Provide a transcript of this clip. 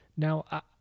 Now